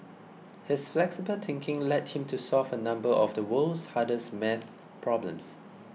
his flexible thinking led him to solve a number of the world's hardest maths problems